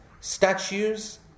statues